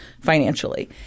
financially